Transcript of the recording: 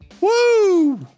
Woo